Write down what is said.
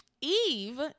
eve